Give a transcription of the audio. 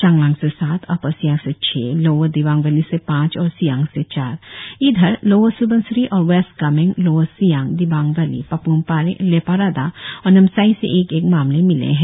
चांगलांग से सात अपर सियांग से छह लोवर दिवाग वैली से पांच और सियांग से चार इधर लोवर स्बनसिरी और west Kameng lower Siang Dibang valley Papum Pare Leparada और नामसाई से एक एक मामले मिले है